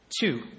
Two